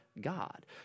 God